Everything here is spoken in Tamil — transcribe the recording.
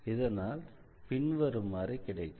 இதனால் பின்வருமாறு கிடைக்கிறது